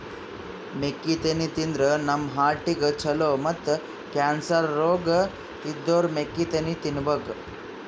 ಮೆಕ್ಕಿತೆನಿ ತಿಂದ್ರ್ ನಮ್ ಹಾರ್ಟಿಗ್ ಛಲೋ ಮತ್ತ್ ಕ್ಯಾನ್ಸರ್ ರೋಗ್ ಇದ್ದೋರ್ ಮೆಕ್ಕಿತೆನಿ ತಿನ್ಬೇಕ್